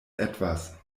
etwas